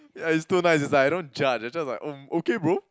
ya he's too nice is like I don't judge it's just like oh okay bro